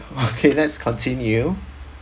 okay let's continue